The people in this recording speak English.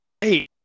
hey